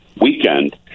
weekend